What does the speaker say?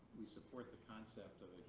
we support the concept of